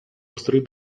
ustrój